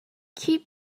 keep